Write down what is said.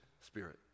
spirit